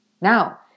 Now